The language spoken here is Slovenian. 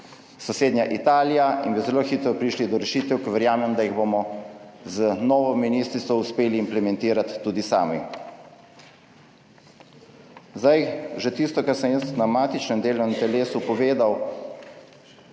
sosednja Italija in bi zelo hitro prišli do rešitev, ki verjamem, da jih bomo z novo ministrico uspeli implementirati tudi sami. Zdaj, že tisto kar sem jaz na matičnem delovnem telesu povedal